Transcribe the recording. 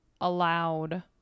allowed